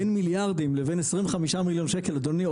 בין מיליארדים לבין 25 מיליון שקל אדוני,